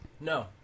No